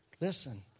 Listen